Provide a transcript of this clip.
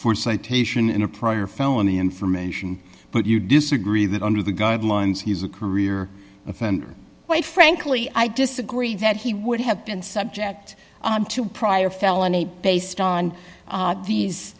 for citation in a prior felony information but you disagree that under the guidelines he's a career offender quite frankly i disagree that he would have been subject to prior felony based on these